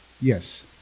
yes